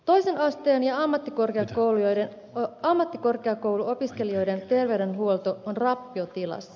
toisen asteen ja ammattikorkeakouluopiskelijoiden terveydenhuolto on rappiotilassa